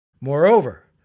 Moreover